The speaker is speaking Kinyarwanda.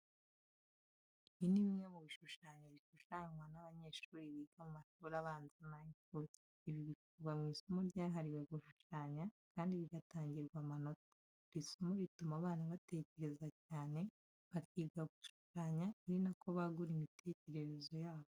Ibi ni bimwe mu bishushanye bishushanywa n'abanyeshuri biga mu mashuri abanza n'ay'incuke. Ibi bikorwa mu isomo ryahariwe gushushanya kandi bigatangirwa amanota. Iri somo rituma abana batekereza cyane, bakiga gishushanya ari na ko bagura imitekerereze yabo.